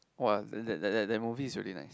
!wah! that that that that movie is really nice